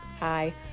Hi